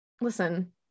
listen